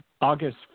August